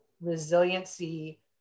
resiliency